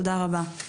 תודה רבה.